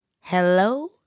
hello